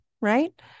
right